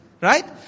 Right